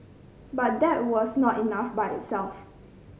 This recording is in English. but that was not enough by itself